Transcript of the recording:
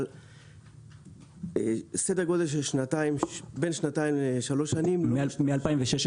אבל סדר גודל של בין שנתיים לשלוש שנים --- מ-2016.